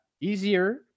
easier